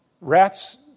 rats